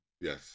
Yes